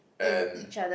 and